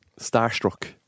starstruck